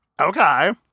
Okay